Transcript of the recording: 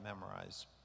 memorize